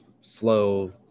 slow